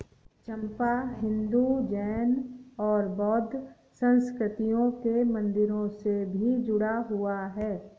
चंपा हिंदू, जैन और बौद्ध संस्कृतियों के मंदिरों से भी जुड़ा हुआ है